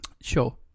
Sure